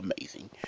amazing